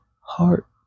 heart